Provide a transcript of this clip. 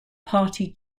party